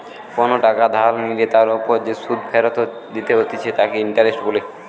কোনো টাকা ধার নিলে তার ওপর যে সুধ ফেরত দিতে হতিছে তাকে ইন্টারেস্ট বলে